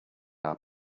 our